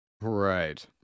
right